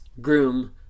groom